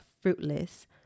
fruitless